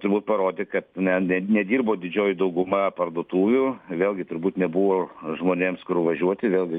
turbūt parodė kad ne ne nedirbo didžioji dauguma parduotuvių vėlgi turbūt nebuvo žmonėms kur važiuoti vėl gi